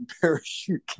parachute